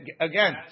again